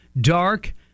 dark